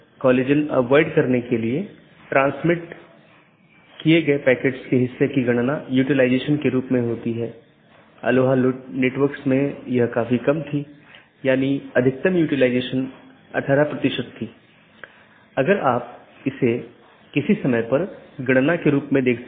अब ऑटॉनमस सिस्टमों के बीच के लिए हमारे पास EBGP नामक प्रोटोकॉल है या ऑटॉनमस सिस्टमों के अन्दर के लिए हमारे पास IBGP प्रोटोकॉल है अब हम कुछ घटकों को देखें